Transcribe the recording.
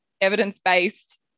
evidence-based